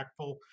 impactful